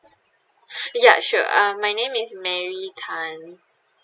ya sure uh my name is mary tan